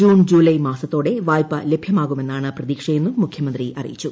June July മാസത്തോടെ വായ്പ ലഭ്യമാകുമെന്നാണ് പ്രതീക്ഷയെന്നും മുഖ്യമന്ത്രി അറിയിച്ചു